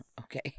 okay